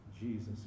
Jesus